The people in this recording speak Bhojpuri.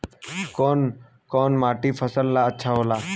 कौन कौनमाटी फसल ला अच्छा होला?